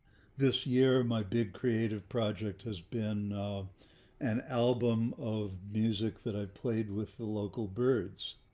this year, my big creative project has been an album of music that i've played with the local birds,